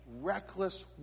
reckless